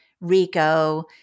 Rico